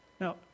Now